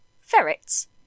ferrets